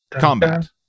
combat